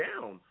down